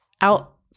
out